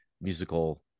musical